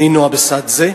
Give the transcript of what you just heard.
נינו אבסדזה,